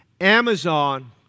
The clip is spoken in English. Amazon